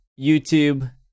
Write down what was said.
YouTube